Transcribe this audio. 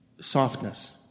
softness